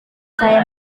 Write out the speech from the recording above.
saya